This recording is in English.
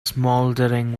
smouldering